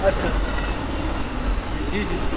अच्छा अच्छा जी जी